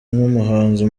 nk’umuhanzi